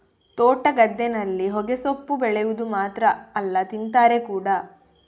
ತೋಟ, ಗದ್ದೆನಲ್ಲಿ ಹೊಗೆಸೊಪ್ಪು ಬೆಳೆವುದು ಮಾತ್ರ ಅಲ್ಲ ತಿಂತಾರೆ ಕೂಡಾ